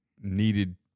needed